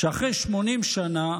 שאחרי 80 שנה,